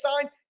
signed